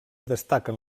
destaquen